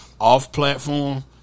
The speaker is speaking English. off-platform